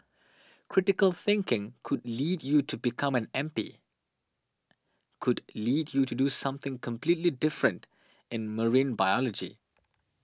critical thinking could lead you to become an M P could lead you to do something completely different in marine biology